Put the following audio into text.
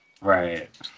Right